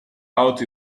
out